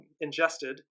ingested